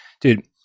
dude